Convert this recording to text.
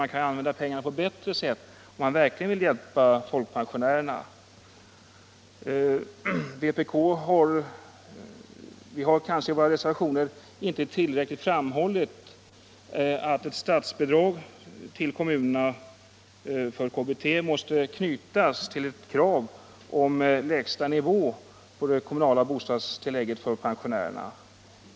Man kan använda pengarna på bättre sätt, om man verkligen vill hjälpa folkpensionärerna. I våra reservationer har vi kanske inte i vpk framhållit tillräckligt starkt att ett statsbidrag till kommunerna för kommunalt bostadstillägg måste knytas an till ett krav om lägsta nivå på det kommunala bostadstillägget för pensionärerna.